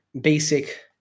basic